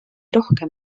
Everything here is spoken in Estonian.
rohkem